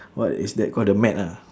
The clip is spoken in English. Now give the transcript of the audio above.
what is that call the mat ah